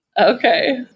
Okay